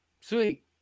Sweet